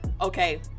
Okay